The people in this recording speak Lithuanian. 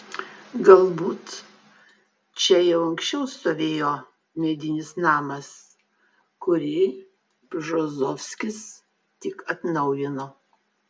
galbūt čia jau anksčiau stovėjo medinis namas kurį bžozovskis tik atnaujino